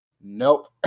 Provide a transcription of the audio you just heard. Nope